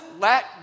let